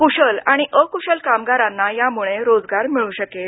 कुशल आणि अकुशल कामागारांना यामुळे रोजगार मिळू शकेल